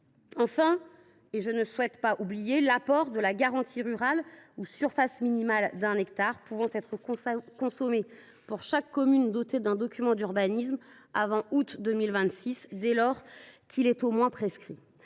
En outre, je ne saurais oublier l’apport de la garantie rurale, ou surface minimale d’un hectare pouvant être consommée par chaque commune dotée d’un document d’urbanisme avant le mois d’août 2026, dès lors que ce document est au moins prescrit.